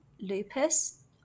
lupus